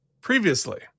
previously